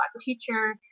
teacher